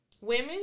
women